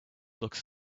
looks